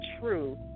true